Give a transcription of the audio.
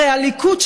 הרי הליכוד,